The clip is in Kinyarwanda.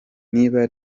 niba